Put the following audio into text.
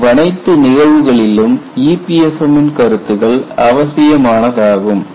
இவ்வனைத்து நிகழ்வுகளிலும் EPFM ன் கருத்துக்கள் அவசியமானதாகும்